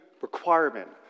requirement